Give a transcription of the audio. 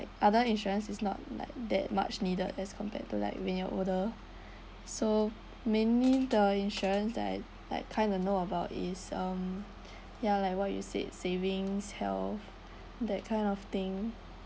other insurance is not like that much needed as compared to like when you're older so mainly the insurance that I like kind of know about is um ya like what you said savings health that kind of thing